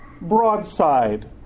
broadside